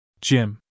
Jim